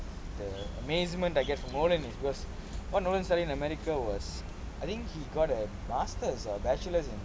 the amazement that gets nolan is because what nolan studied in america was I think he got a master's bachelor's